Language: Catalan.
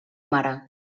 mare